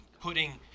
putting